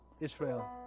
Israel